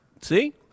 see